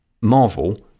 Marvel